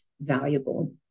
valuable